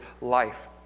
life